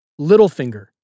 Littlefinger